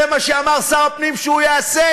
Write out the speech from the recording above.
זה מה שאמר שר הפנים שהוא יעשה.